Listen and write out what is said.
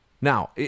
Now